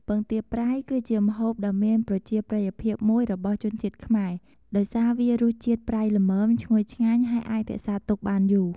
ពងទាប្រៃ គឺជាម្ហូបដ៏មានប្រជាប្រិយភាពមួយរបស់ជនជាតិខ្មែរ ដោយសារវារសជាតិប្រៃល្មម ឈ្ងុយឆ្ងាញ់ ហើយអាចរក្សាទុកបានយូរ។